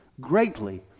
greatly